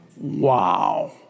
Wow